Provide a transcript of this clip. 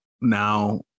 now